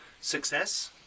success